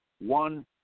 one